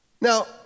Now